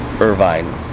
Irvine